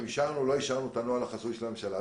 אישרנו או לא אישרנו את הנוהל החסוי של הממשלה.